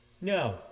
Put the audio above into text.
No